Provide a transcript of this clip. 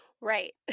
Right